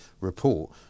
report